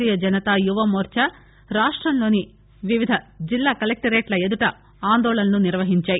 భారతీయ జనతా యువమోర్చా రాష్టంలోని వివిధ జిల్లా కలెక్టరేట్ల ఎదుట ఆందోళనలు నిర్వహించాయి